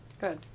Good